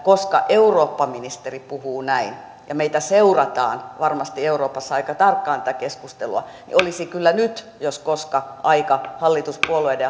koska eurooppaministeri puhuu näin ja meitä tätä keskustelua seurataan varmasti euroopassa aika tarkkaan niin olisi kyllä nyt jos koskaan aika hallituspuolueiden